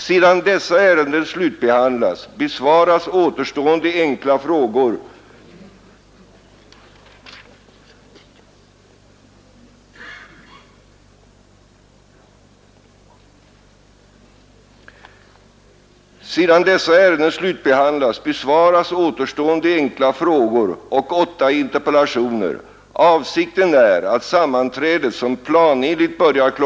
Sedan dessa ärenden slutbehand = Politiken lats besvaras återstående enkla frågor och tio interpellationer. Avsikten är att sammanträdet, som planenligt börjar kl.